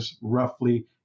roughly